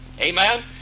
Amen